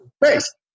base